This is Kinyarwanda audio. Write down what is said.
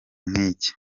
nk’iki